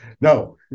No